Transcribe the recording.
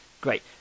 great